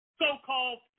so-called